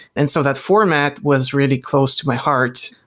and so that format was really close to my heart,